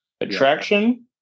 Attraction